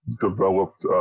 developed